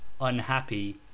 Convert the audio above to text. unhappy